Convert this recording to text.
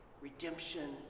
redemption